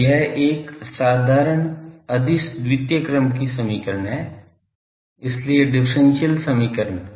तो यह एक साधारण अदिश द्वितीय क्रम की समीकरण है इसलिए डिफरेंशियल समीकरण